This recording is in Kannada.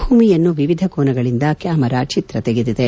ಭೂಮಿಯನ್ನು ವಿವಿಧ ಕೋನಗಳಿಂದ ಕ್ಕಾಮರಾ ಚಿತ್ರ ತೆಗೆದಿದೆ